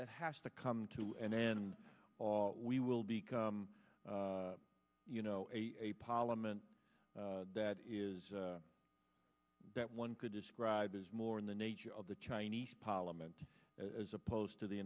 hat has to come to an end we will become you know a parliament that is that one could describe is more in the nature of the chinese parliament as opposed to the